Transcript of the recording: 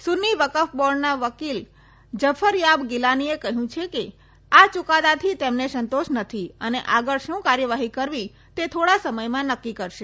સુન્નિવકફ બોર્ડના વકીલ ઝફરયાબ ગિલાનીએ કહ્યું છે આ યુકાદાની તેમને સંતોષ નથી અને આગળ શું કાર્યવાહી કરવી તે થોડા સમયમાં નકકી કરશે